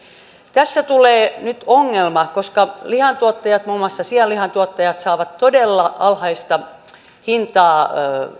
tässä tulee nyt ongelma koska lihantuottajat muun muassa sianlihantuottajat saavat todella alhaista hintaa